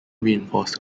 reinforced